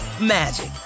magic